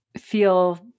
feel